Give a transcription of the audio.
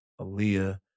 Aaliyah